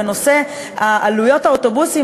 בנושא עלויות האוטובוסים,